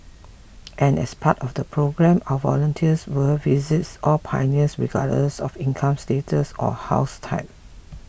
and as part of the programme our volunteers will visit all pioneers regardless of income status or house type